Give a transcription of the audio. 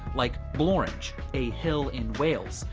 like blorenge, a hill in wales.